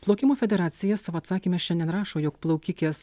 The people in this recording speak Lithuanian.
plaukimo federacija savo atsakyme šiandien rašo jog plaukikės